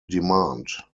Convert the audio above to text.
demand